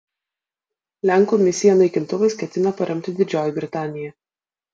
lenkų misiją naikintuvais ketina paremti didžioji britanija